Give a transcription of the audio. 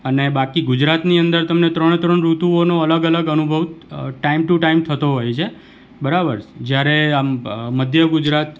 અને બાકી ગુજરાતની અંદર તમને ત્રણે ત્રણ ઋતુઓનો અલગ અલગ અનુભવ ટાઈમ ટુ ટાઈમ થતો હોય છે બરાબર જ્યારે આમ મધ્ય ગુજરાત